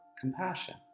compassion